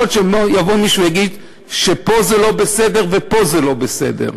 יכול להיות שיבוא מישהו ויגיד שפה זה לא בסדר ופה זה לא בסדר.